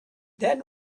then